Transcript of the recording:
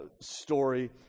story